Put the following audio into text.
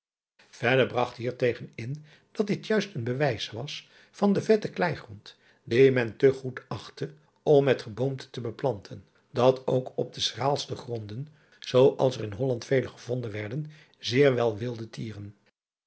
tegen in dat dit juist een bewijs was van den vetten kleigrond dien men te goed achtte om met geboomte te beplanten dat ook op de schraalste gronden zoo als er in olland vele gevonden werden zeer wel wilde tieren